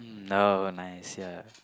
no nice ya